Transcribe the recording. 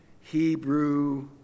Hebrew